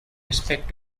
respect